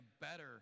better